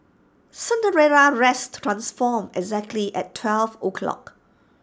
Cinderella's dress transformed exactly at twelve o'clock